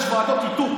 יש ועדות איתור,